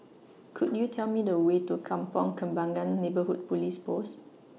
Could YOU Tell Me The Way to Kampong Kembangan Neighbourhood Police Post